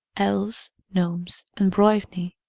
elves, gnomes, and broivnie.